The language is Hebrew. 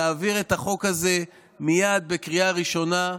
תעביר את החוק הזה מייד בקריאה ראשונה.